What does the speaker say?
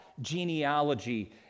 genealogy